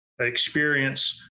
experience